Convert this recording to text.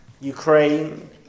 Ukraine